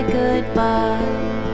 goodbye